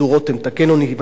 תקן אותי אם אני טועה,